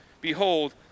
Behold